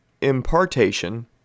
impartation